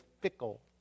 fickle